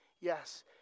Yes